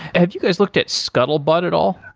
have you guys looked at scuttlebutt at all?